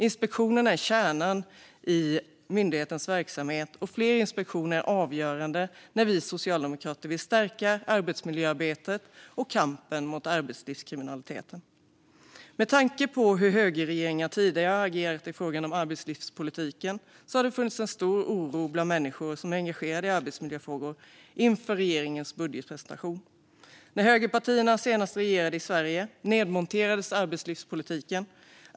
Inspektionerna är kärnan i myndighetens verksamhet, och fler inspektioner är avgörande när vi socialdemokrater vill stärka arbetsmiljöarbetet och kampen mot arbetslivskriminaliteten. Med tanke på hur högerregeringar tidigare har agerat i fråga om arbetslivspolitik fanns det en stor oro bland människor som är engagerade i arbetsmiljöfrågor inför regeringens budgetpresentation. När högerpartierna senast regerade i Sverige nedmonterades arbetslivspolitiken.